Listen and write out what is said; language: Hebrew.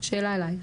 שאלה אלייך.